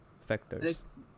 factors